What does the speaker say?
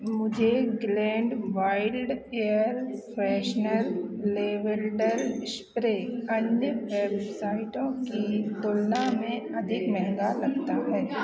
मुझे Glade wild air freshener lavender spray अन्य वेबसाइटों की तुलना में अधिक महंगा लगता है